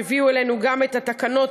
שהביאו אלינו את התקנות,